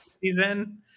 season